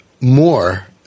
more